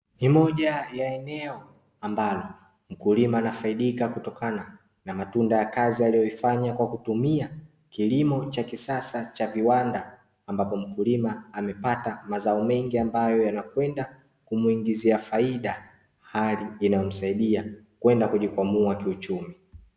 Ni moja ya eneo ambalo mkulima anafaidika kutokana na matunda ya kazi aliyoifanya kwa kutumia kilimo cha kisasa cha viwanda ambapo mkulima amepata mazao mengi ambayo yanakwenda kumuingizia faida hali inayomsaidia kwenda kujikwamua kiuchumi